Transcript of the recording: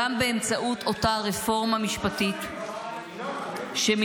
גם באמצעות אותה רפורמה משפטית שמיליוני